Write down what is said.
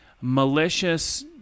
malicious